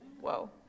Whoa